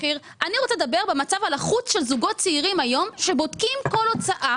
במצב הלחוץ של זוגות צעירים היום, שבודקים כל הצעה